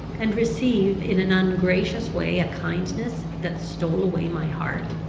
and receive in an ungracious way a kindness that stole away my heart?